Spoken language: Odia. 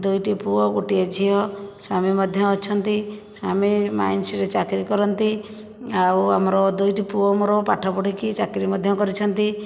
ଦୁଇଟି ପୁଅ ଗୋଟିଏ ଝିଅ ସ୍ୱାମୀ ମଧ୍ୟ ଅଛନ୍ତି ସ୍ୱାମୀ ମାଇନ୍ସରେ ଚାକିରି କରନ୍ତି ଆଉ ମୋର ଦୁଇଟି ପୁଅ ମୋର ପାଠ ପଢ଼ିକି ଚାକିରି ମଧ୍ୟ କରିଛନ୍ତି